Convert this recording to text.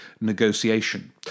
negotiation